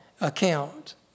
account